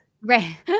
Right